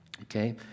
Okay